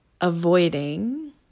avoiding